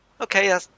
okay